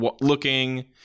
looking